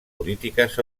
polítiques